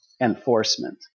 enforcement